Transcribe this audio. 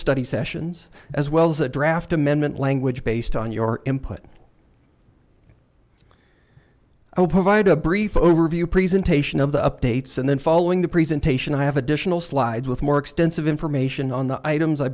study sessions as well as a draft amendment language based on your input i will provide a brief overview presentation of the updates and then following the presentation i have additional slides with more extensive information on the items i